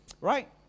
Right